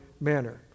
manner